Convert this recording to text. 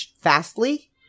fastly